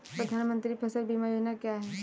प्रधानमंत्री फसल बीमा योजना क्या है?